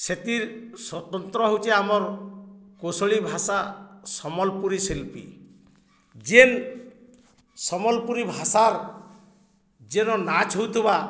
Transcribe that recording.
ସେଥିର୍ ସ୍ୱତନ୍ତ୍ର ହଉଚି ଆମର୍ କୌଶଳୀ ଭାଷା ସମ୍ବଲପୁରୀ ଶିଲ୍ପୀ ଯେନ୍ ସମ୍ବଲପୁରୀ ଭାଷାର ଯେନ୍ ନାଚ ହେଉଥିବା